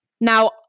Now